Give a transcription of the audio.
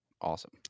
awesome